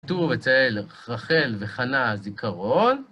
כתוב אצל רחל וחנה זיכרון.